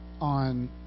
on